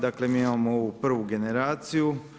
Dakle mi imamo ovu prvu generaciju.